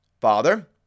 Father